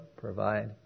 provide